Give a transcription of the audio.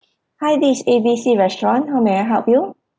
hi this is A B C restaurant how may I help you